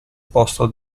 posto